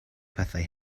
pethau